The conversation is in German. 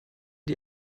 die